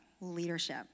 leadership